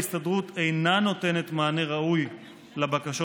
ההסתדרות אינה נותנת מענה ראוי לבקשות